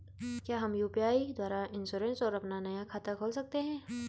क्या हम यु.पी.आई द्वारा इन्श्योरेंस और अपना नया खाता खोल सकते हैं?